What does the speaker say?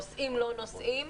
נוסעים לא נוסעים.